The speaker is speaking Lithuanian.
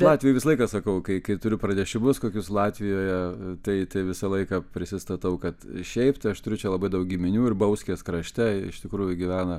latvijoj visą laiką sakau kai kai turiu pranešimus kokius latvijoje tai tai visą laiką prisistatau kad šiaip tai aš turiu čia labai daug giminių ir bauskės krašte iš tikrųjų gyvena